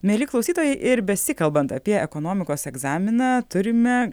mieli klausytojai ir besikalbant apie ekonomikos egzaminą turime